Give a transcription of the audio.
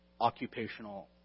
occupational